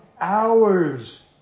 hours